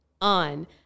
on